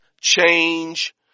change